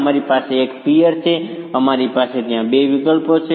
અમારી પાસે એક પિયર છે અમારી પાસે ત્યાં બે વિકલ્પો છે